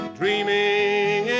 dreaming